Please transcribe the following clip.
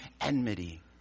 enmity